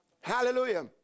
Hallelujah